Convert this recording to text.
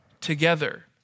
together